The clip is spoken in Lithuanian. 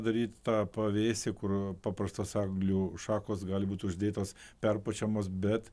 daryt tą pavėsį kur paprastos eglių šakos gali būti uždėtos perpučiamos bet